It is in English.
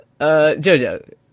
jojo